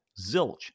Zilch